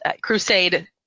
crusade